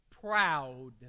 proud